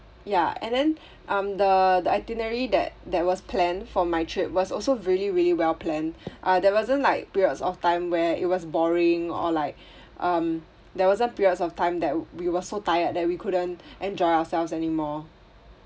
ya and then um the the itinerary that that was planned for my trip was also really really well planned uh there wasn't like periods of time where it was boring or like um there wasn't periods of time that we were so tired that we couldn't enjoy ourselves anymore